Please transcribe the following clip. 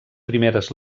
primeres